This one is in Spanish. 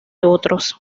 otros